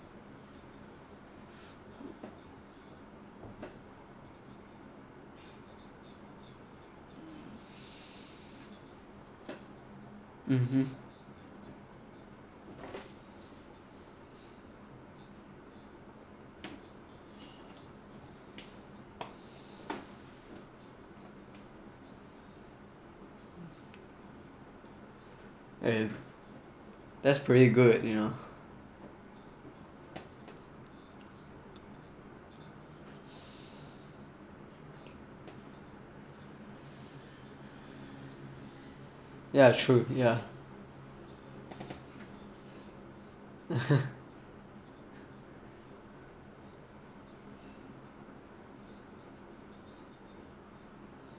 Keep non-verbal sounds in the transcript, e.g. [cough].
(uh huh) eh that's pretty good you know ya true ya [laughs]